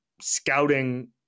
scouting